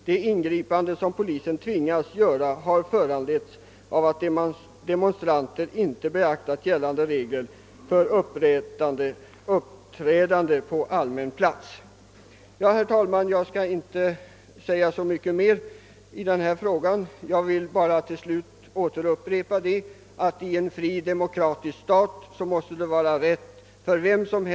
De ingripanden som polisen tvingats göra har föranletts av att demonstranter inte beaktat gällande regler för uppträdande på allmän plats. Herr talman! Jag skall inte säga så mycket mer i denna fråga. Jag vill till slut bara upprepa, att var och en i en fri demokratisk stat måste ha rätt att demonstrera.